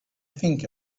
think